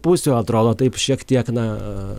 pusių atrodo taip šiek tiek na